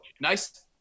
nice